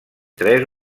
tres